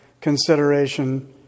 consideration